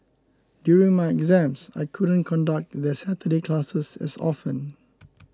during my exams I couldn't conduct their Saturday classes as often